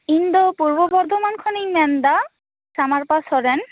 ᱤᱧᱫᱚ ᱯᱩᱨᱵᱚ ᱵᱚᱨᱫᱷᱚᱢᱟᱱ ᱠᱷᱚᱱᱤᱧ ᱢᱮᱱᱫᱟ ᱥᱟᱢᱟᱨᱩᱯᱟ ᱥᱚᱨᱮᱱ